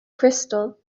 crystal